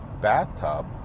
bathtub